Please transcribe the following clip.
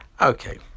Okay